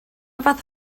fath